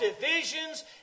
divisions